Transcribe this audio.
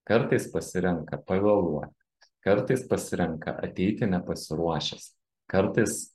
kartais pasirenka pavėluoti kartais pasirenka ateiti nepasiruošęs kartais